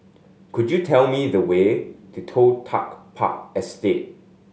could you tell me the way to Toh Tuck Park Estate